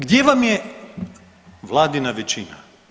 Gdje vam je Vladina većina?